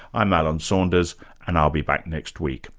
i'm alan saunders and i'll be back next week